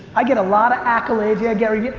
i get a lot of accolades, yeah gary.